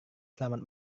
selamat